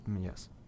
yes